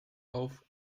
auf